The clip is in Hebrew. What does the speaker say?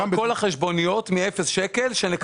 כל החשבוניות מאפס שקלים שנקבל אותן.